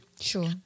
Sure